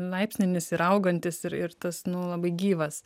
laipsnis ir augantis ir ir tas nu labai gyvas